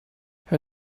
her